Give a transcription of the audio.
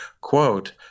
quote